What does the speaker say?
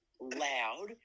loud